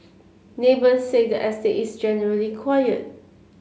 neighbours said the estate is generally quiet